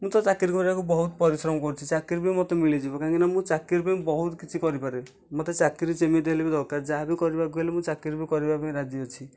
ମୁଁ ତ ଚାକିରି କରିବାକୁ ବହୁତ ପରିଶ୍ରମ କରୁଛି ଚାକିରି ବି ମତେ ମିଳିଯିବ କାହିଁକିନା ମୁଁ ଚାକିରି ପାଇଁ ବହୁତ କିଛି କରି ପାରେ ମତେ ଚାକିରି ଯେମିତି ହେଲେ ବି ଦରକାର ଯାହା ବି କରିବାକୁ ହେଲେ ମୁଁ ଚାକିରିରେ କରିବାକୁ ରାଜି ଅଛି